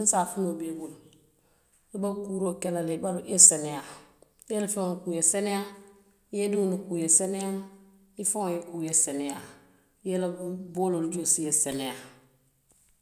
Niŋ safunoo be i bulu, i be kuuroo kela le i ye seneyaa i ye i la feŋolu kuu i ye seneyaa, i ye i diŋolu kuu i ye seneyaa i faŋo ye i kuu i ye seneyaa, i ye i la booloolu joosi i ye seneyaa.